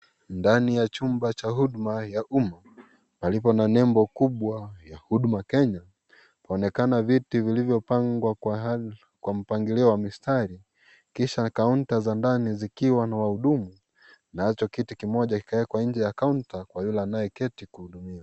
Ndani ya chumba cha huduma ya umma palipo na nembo kubwa ya huduma kenya paonekana viti vilivyopangwa kwa mpangilio wa mistari kisha kaunta za ndani zikiwa na wahudumu, nacho kiti kimoja kuekwa nje ya kaunta kwa yule anayeketi kuhudumiwa.